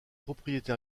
propriété